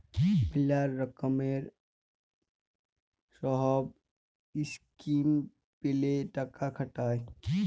ম্যালা লকমের সহব ইসকিম প্যালে টাকা খাটায়